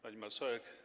Pani Marszałek!